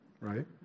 right